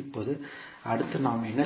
இப்போது அடுத்து நாம் என்ன செய்ய வேண்டும்